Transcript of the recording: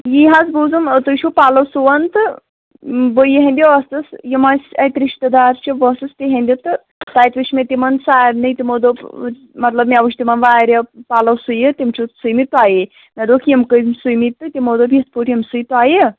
یی حظ بوٗزُم تُہۍ چھُو پَلو سُوان تہٕ بہٕ یِہِنٛدِ ٲسٕس یِم اَسہِ اَتہِ رِشتہٕ دار چھِ بہٕ ٲسٕس تِہِنٛدِ تہٕ تَتہِ وٕچھ مےٚ تِمَن سارنٕے تِمو دوٚپ مطلب مےٚ وُچھ تِمَن واریاہ پَلو سُوِتھ تِم چھِ سُوۍمٕتۍ تۄہے مےٚ دوٚپکھ یِم کٔمۍ چھِ سُوۍمٕتۍ تہٕ تِمو دوٚپ یِتھ پٲٹھۍ یِم سُوۍ تۄہہِ